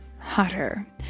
hotter